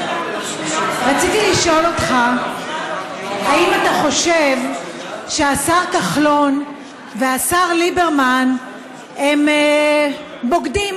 רציתי לשאול אותך אם אתה חושב שהשר כחלון והשר ליברמן הם בוגדים.